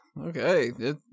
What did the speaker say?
Okay